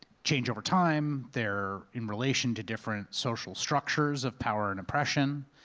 change over time, they're in relation to different social structures of power and oppression,